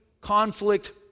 conflict